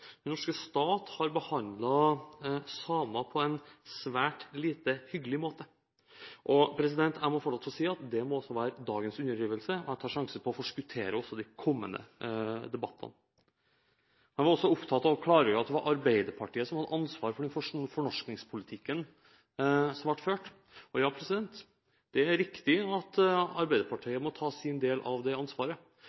den norske stat har behandlet samer på en svært lite hyggelig måte. Jeg må få lov til å si at det må også være dagens underdrivelse. Jeg tar sjansen på å forskuttere også de kommende debattene. Han var også opptatt av å klargjøre at det var Arbeiderpartiet som hadde ansvar for den fornorskingspolitikken som ble ført. Ja, det er riktig at